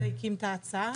עכשיו בתוך חוק ההסדרים,